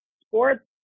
sports